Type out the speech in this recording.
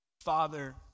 Father